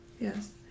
Yes